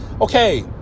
Okay